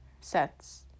sets